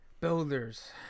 Builders